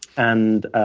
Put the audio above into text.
and